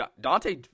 Dante